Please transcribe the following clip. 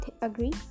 agree